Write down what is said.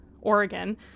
Oregon